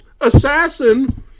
assassin